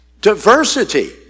diversity